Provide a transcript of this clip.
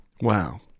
Wow